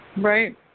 right